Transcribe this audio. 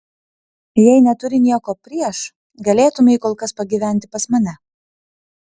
jei neturi nieko prieš galėtumei kol kas pagyventi pas mane